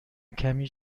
کمی